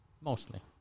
Mostly